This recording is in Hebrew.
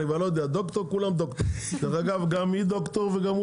אני כבר לא יודע, דוקטור, כולם דוקטור.